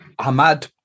Hamad